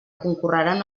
concorreran